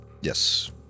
Yes